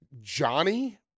Johnny